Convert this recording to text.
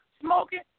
smoking